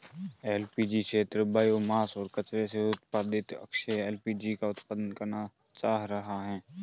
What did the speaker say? LPG क्षेत्र biomass और कचरे से उत्पादित अक्षय एल.पी.जी का उत्पादन करना चाह रहा है